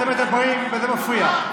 אתם מדברים וזה מפריע.